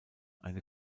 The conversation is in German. eine